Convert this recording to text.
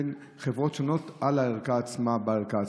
הוא שיש הבדלים בין החברות מבחינת האמינות של הערכות.